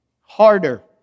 Harder